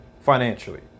financially